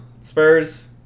Spurs